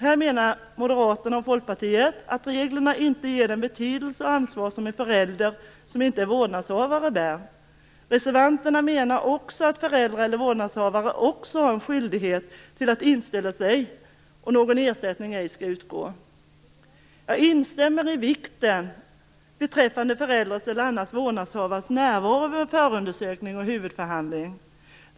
Här menar Moderaterna och Folkpartiet att reglerna inte beaktar den betydelse och det ansvar en förälder som inte är vårdnadshavare har. Reservanterna menar också att föräldrar eller vårdnadshavare har en skyldighet att inställa sig och att någon ersättning ej skall utgå. Jag instämmer i fråga om vikten av förälders eller annan vårdnadshavares närvaro vid förundersökning och huvudförhandling.